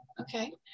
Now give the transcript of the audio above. Okay